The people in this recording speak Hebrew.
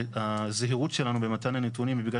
הזהירות שלנו במתן הנתונים היא בגלל